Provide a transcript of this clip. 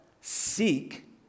seek